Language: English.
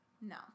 No